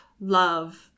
Love